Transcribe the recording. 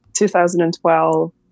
2012